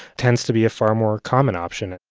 tends to be a far more common option.